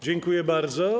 Dziękuję bardzo.